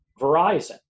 verizon